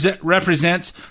represents